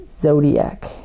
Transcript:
zodiac